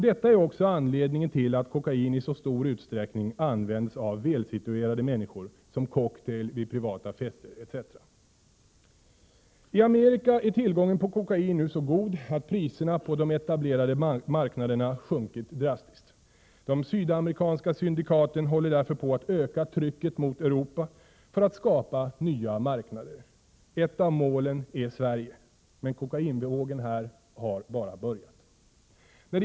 Detta är också anledningen till att kokain i så stor utsträckning används av välsituerade människor som I Amerika är tillgången på kokain nu så god att priserna på de etablerade marknaderna sjunkit drastiskt. De sydamerikanska syndikaten håller därför på att öka trycket mot Europa för att skapa nya marknader. Ett av målen är Sverige. Men kokainvågen här har bara börjat.